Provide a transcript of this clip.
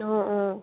অঁ অঁ